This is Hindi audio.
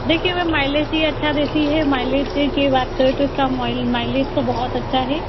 देखिए मैम माइलेज ये अच्छा देती है माइलेज की बात करें तो इसका माइलेज तो बहुत अच्छा है